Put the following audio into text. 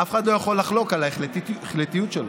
אף אחד לא יכול לחלוק על ההחלטיות שלו.